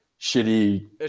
shitty